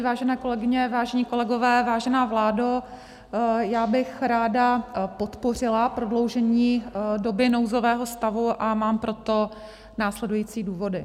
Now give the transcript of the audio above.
Vážené kolegyně, vážení kolegové, vážená vládo, já bych ráda podpořila prodloužení doby nouzového stavu a mám pro to následující důvody.